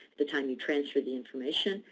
the time you transferred the information,